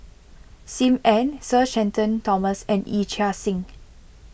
Sim Ann Sir Shenton Thomas and Yee Chia Hsing